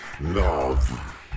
love